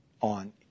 on